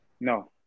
No